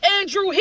Andrew